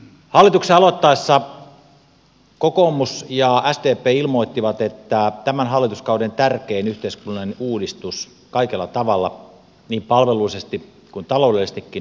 hallituksen aloittaessa kokoomus ja sdp ilmoittivat että tämän hallituskauden tärkein yhteiskunnallinen uudistus kaikella tavalla niin palvelullisesti kuin taloudellisestikin on kuntauudistus